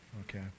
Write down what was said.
okay